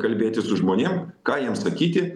kalbėtis su žmonėm ką jiem sakyti